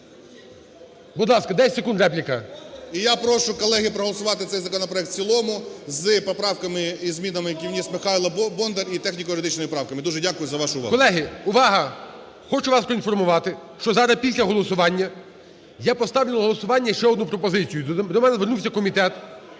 Будь ласка, 10 секунд репліка. 11:53:55 ГРОЙСМАН В.Б. І я прошу, колеги, проголосувати цей законопроект в цілому з поправками і змінами, які вніс Михайло Бондар, і техніко-юридичними правками. Дуже дякую за вашу увагу. ГОЛОВУЮЧИЙ. Колеги, увага! Хочу вас поінформувати, що зараз, після голосування, я поставлю на голосування ще одну пропозицію. До мене звернувся комітет